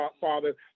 Father